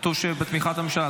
כתוב בתמיכת הממשלה.